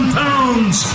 pounds